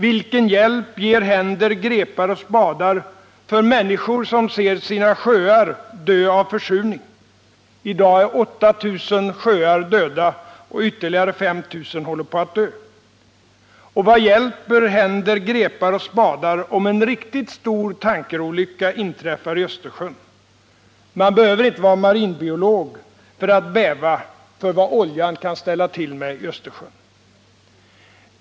Vilken hjälp ger händer, grepar och spadar för människor som ser sina sjöar dö av försurning? I dag är 8 000 sjöar döda, och ytterligare 5 000 håller på att dö. Och vad hjälper händer, grepar och spadar om en riktigt stor tankerolycka inträffar i Östersjön? Man behöver inte vara marinbiolog för att bäva för vad oljan kan ställa till med i Östersjön.